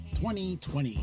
2020